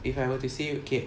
if I were to say okay